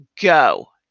go